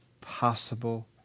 possible